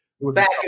back